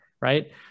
right